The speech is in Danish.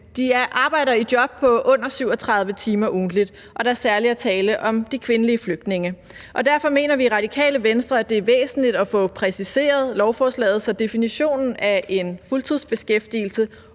arbejder i job på under 37 timer ugentligt, og at der særlig er tale om de kvindelige flygtninge. Derfor mener vi i Radikale Venstre, at det er væsentligt at få præciseret lovforslaget, så definitionen af en fuldtidsbeskæftigelse